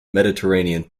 mediterranean